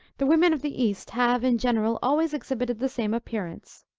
the women of the east, have in general, always exhibited the same appearance.